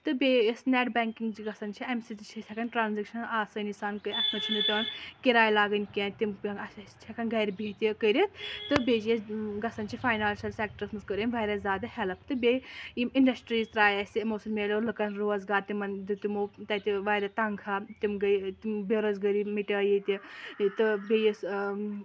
تہٕ بیٚیہِ یۄس نیٹ بینکِنٛگ گژھان چھِ اَمہِ سۭتۍ تہِ چھِ ہیٚکن أسۍ ٹرٛانٛزِیکشن آسٲنی سان کٔرِتھ اَتھ منٛز چھےٚ نہٕ مےٚ پیٚوان کِراے لاگٕنۍ کیٚنٛہہ تِم پیٚن أسۍ چھِ ہیٚکن گرِ بِہِتھ کٔرِتھ تہٕ بیٚیہِ چھِ أسۍ گژھان چھِ فاینانشَل سیٚکٹرس منٛز کٔر أمۍ واریاہ زیادٕ ہیٚلٔپ تہٕ بیٚیہِ یِم اِنڈَسٹریٖز ترٛاوِ اَسہِ یِمو سۭتۍ میلیو لُکن روزگار تِمن دیُت یِمو تَتہِ واریاہ تنخاہ تِم گٔے بےٚ روزگٲری مِٹیے ییٚتہِ تہٕ بیٚیہِ یُس